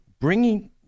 bringing